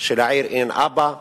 שלעיר אין אבא,